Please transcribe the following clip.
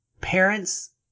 parents